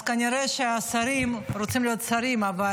אז כנראה שהשרים רוצים להיות שרים אבל